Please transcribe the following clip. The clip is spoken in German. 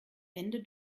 ende